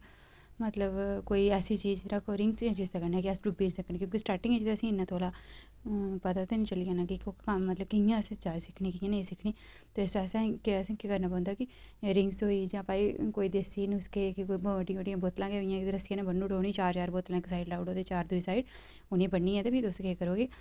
मतलब कोई ऐसी चीज जि'यां कोई रिंग गै न जिसदे कन्नै कि अस डुब्बी निं सकने की जे स्टार्टिंग च असे ईं इन्ना तौला पता ते निं चली जाना कि कम्म ते कि'यां असें जाच सिक्खनी ते इस आस्तै केह् करना पौंदा कि रिंग होई गेई जां भाई कोई देसी नुसके भमै कुतै बड्डियां बड्डियां बोतलां गै होइयां रस्सियै कन्नै ब'न्नी ओड़ो उ'ने ईं चार चार बोतलां इक साइड लाई ओड़ो ते चार दूई साइड उ'नें ई बन्नियै ते भी तुस केह् करो कि